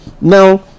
now